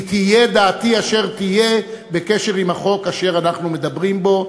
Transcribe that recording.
תהיה דעתי אשר תהיה בקשר עם החוק אשר אנחנו מדברים בו,